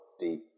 deep